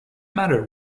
matter